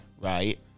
Right